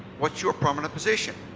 what's you prominent position?